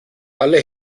alle